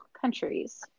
countries